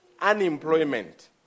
unemployment